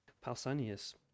pausanias